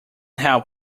help